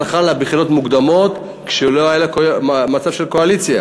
היא הלכה לבחירות מוקדמות כשלא היה לה מצב של קואליציה,